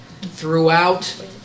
Throughout